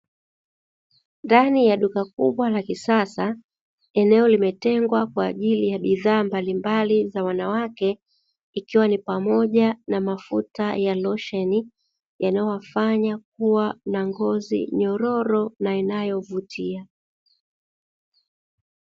Ndani ya duka kubwa la kisasa eneo limetengwa kwa ajili ya bidhaa mbalimbali za wanawake ikiwa ni pamoja na mafuta ya losheni, yanayowafanya kuwa na ngozi nyororo na inayovutia.